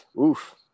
oof